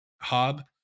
Hob